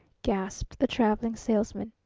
gasped the traveling salesman.